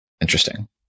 interesting